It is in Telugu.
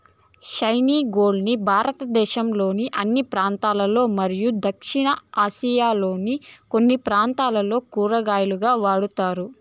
స్పైనీ గోర్డ్ ని భారతదేశంలోని అన్ని ప్రాంతాలలో మరియు దక్షిణ ఆసియాలోని కొన్ని ప్రాంతాలలో కూరగాయగా వాడుతారు